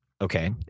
okay